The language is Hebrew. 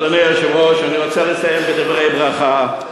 אדוני היושב-ראש, אני רוצה לסיים בדברי ברכה.